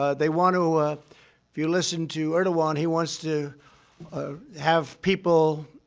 ah they want to if you listen to erdogan, he wants to have people